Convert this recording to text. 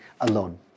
alone